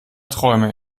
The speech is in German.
träume